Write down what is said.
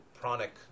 pranic